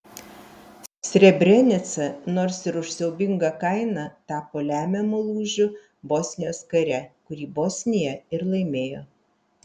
srebrenica nors ir už siaubingą kainą tapo lemiamu lūžiu bosnijos kare kurį bosnija ir laimėjo